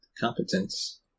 competence